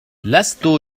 لست